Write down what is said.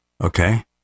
okay